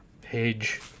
page